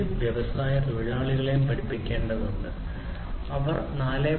ഇത് വ്യവസായ തൊഴിലാളികളെയും പഠിപ്പിക്കേണ്ടതുണ്ട് അവർ 4